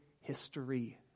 history